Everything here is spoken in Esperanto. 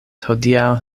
hodiaŭ